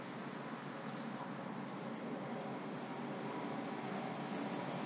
so